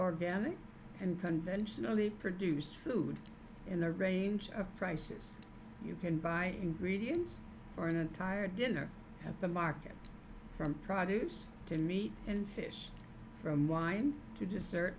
organic and conventionally produced food in a range of prices you can buy ingredients for an entire dinner at the market from products to meat and fish from wine to dessert